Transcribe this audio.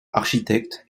architecte